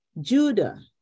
Judah